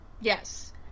Yes